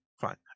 fine